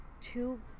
Two